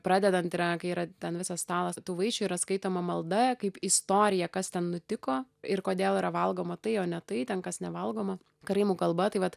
pradedant yra kai yra ten visas stalas tų vaišių yra skaitoma malda kaip istorija kas ten nutiko ir kodėl yra valgoma tai o ne tai ten kas nevalgoma karaimų kalba tai vat